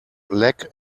lack